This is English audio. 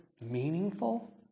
meaningful